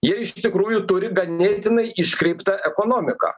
jie iš tikrųjų turi ganėtinai iškreiptą ekonomiką